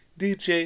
dj